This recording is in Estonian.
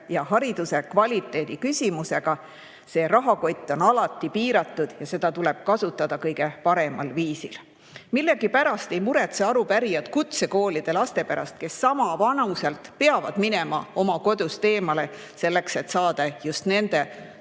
ja hariduse kvaliteedi küsimusega. See rahakott on alati piiratud ja seda tuleb kasutada kõige paremal viisil. Millegipärast ei muretse arupärijad kutsekoolide laste pärast, kes samas vanuses peavad minema oma kodust eemale, selleks et saada just nende